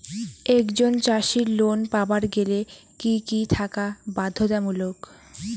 একজন চাষীর লোন পাবার গেলে কি কি থাকা বাধ্যতামূলক?